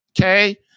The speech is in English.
okay